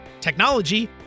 technology